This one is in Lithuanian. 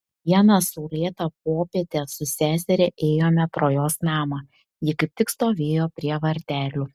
vieną saulėtą popietę su seseria ėjome pro jos namą ji kaip tik stovėjo prie vartelių